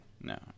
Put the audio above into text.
No